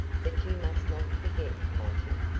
but you must not forget, monty,